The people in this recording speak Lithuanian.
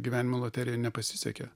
gyvenimo loterija nepasisekė